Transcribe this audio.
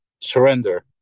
surrender